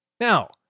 Now